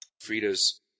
Frida's